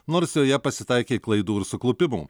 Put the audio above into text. nors joje pasitaikė klaidų ir suklupimų